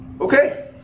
Okay